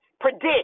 predict